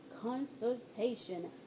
consultation